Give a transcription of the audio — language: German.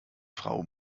frau